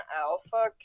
Alpha